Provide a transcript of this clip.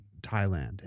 Thailand